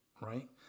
right